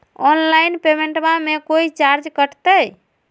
Online पेमेंटबां मे कोइ चार्ज कटते?